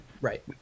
Right